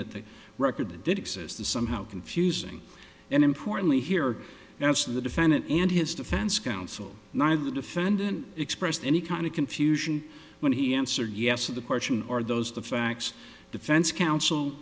that the record that did exist is somehow confusing and importantly here that's the defendant and his defense counsel neither the defendant expressed any kind of confusion when he answered yes to the question are those the facts defense counsel